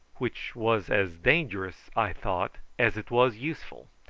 which was as dangerous, i thought, as it was useful,